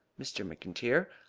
mr. mcintyre,